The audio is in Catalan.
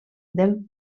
del